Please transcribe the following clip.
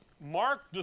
Mark